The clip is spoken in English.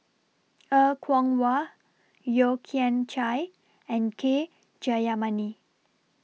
Er Kwong Wah Yeo Kian Chai and K Jayamani